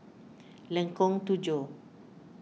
Lengkong Tujuh